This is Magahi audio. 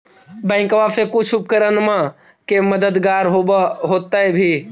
बैंकबा से कुछ उपकरणमा के मददगार होब होतै भी?